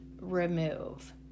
remove